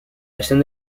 chaîne